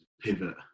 pivot